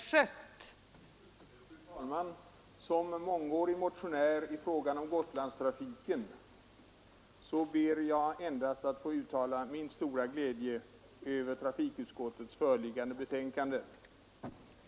Fru talman! Som mångårig motionär i fråga om Gotlandstrafiken ber jag endast att få uttala min stora glädje över trafikutskottets föreliggande betänkande.